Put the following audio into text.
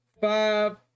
five